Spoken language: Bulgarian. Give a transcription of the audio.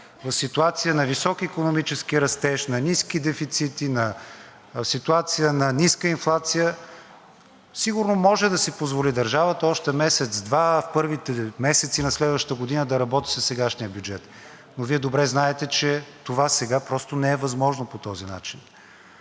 в ситуация на висок икономически растеж, на ниски дефицити, на ситуация на ниска инфлация? Сигурно може да си позволи държавата още месец-два, в първите месеци на следващата година да работи със сегашния бюджет, но Вие добре знаете, че това сега просто не е възможно по този начин.